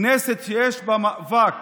כנסת שיש בה מאבק